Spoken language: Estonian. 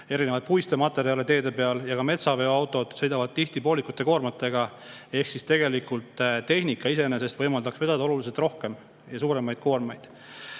erinevaid puistematerjale teede peal – ja ka metsaveoautod sõidavad tihti pooliku koormaga. Tegelikult tehnika iseenesest võimaldaks vedada oluliselt rohkem ja suuremaid koormaid.